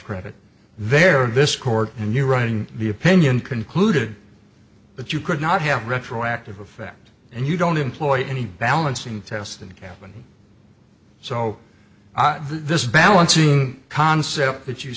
credit there this court and you're writing the opinion concluded that you could not have retroactive effect and you don't employ any balancing test in the capital so this balancing concept that you